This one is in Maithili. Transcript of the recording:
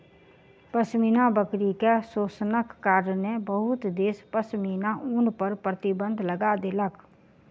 पश्मीना बकरी के शोषणक कारणेँ बहुत देश पश्मीना ऊन पर प्रतिबन्ध लगा देलक